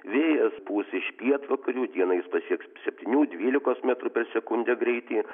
vėjas pūs iš pietvakarių dieną jis pasieks septynių dvylikos metrų per sekundę greitį